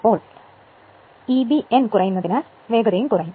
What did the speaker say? അതിനാൽ Eb n കുറയുന്നതിനാൽ വേഗതയും കുറയും